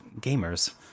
gamers